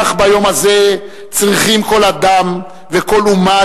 כך ביום הזה צריכים כל אדם וכל אומה